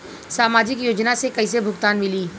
सामाजिक योजना से कइसे भुगतान मिली?